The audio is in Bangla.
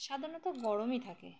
সাধারণত গরমই থাকে